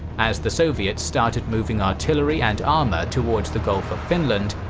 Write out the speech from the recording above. as the soviets started moving artillery and armor towards the gulf of finland,